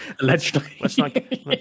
allegedly